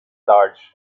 large